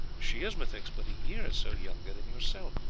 she is, methinks, but a year or so younger than yourself,